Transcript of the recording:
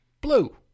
Blue